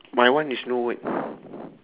my one is no word